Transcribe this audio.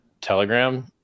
Telegram